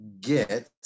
get